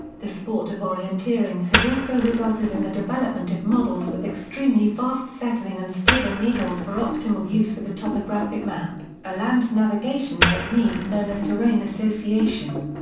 the sport of orienteering has also resulted in the development of models with extremely fast-settling and stable stable needles for optimal use with a topographic map, a land navigation technique known as terrain association.